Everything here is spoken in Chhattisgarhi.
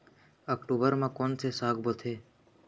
अक्टूबर मा कोन से साग बोथे?